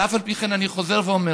ואף על פי כן אני חוזר ואומר: